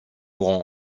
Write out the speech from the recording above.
long